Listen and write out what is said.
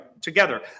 together